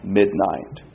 midnight